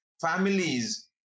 families